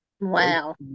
Wow